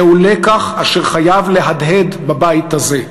זהו לקח אשר חייב להדהד בבית הזה.